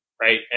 right